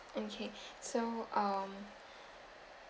okay so um